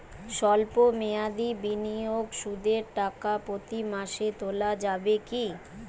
সল্প মেয়াদি বিনিয়োগে সুদের টাকা প্রতি মাসে তোলা যাবে কি?